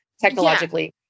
technologically